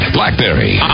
BlackBerry